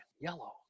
Yellow